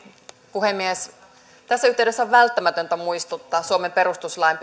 puhemies tässä yhteydessä on välttämätöntä muistuttaa suomen perustuslain